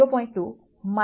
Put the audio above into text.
2 0